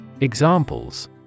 Examples